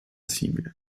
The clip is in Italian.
simile